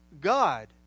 God